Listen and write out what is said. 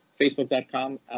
facebook.com